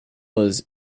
was